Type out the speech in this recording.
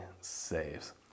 saves